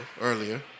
earlier